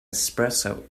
espresso